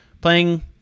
playing